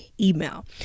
email